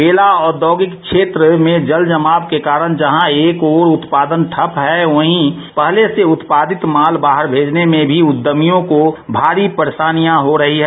बेला औद्योगिक क्षेत्र में जल जमाव के कारण जहां एक ओर उत्पादन ठप है वहीं पहले से उत्पादित माल बाहर भेजने में भी उद्यमियों को भारी परेशानियां हो रही है